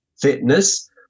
fitness